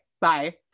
Bye